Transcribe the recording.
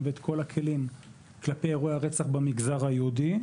ואת כל הכלים כלפי אירועי הרצח במגזר היהודי,